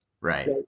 Right